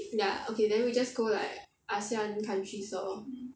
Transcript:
ya okay then we just go like ASEAN countries lor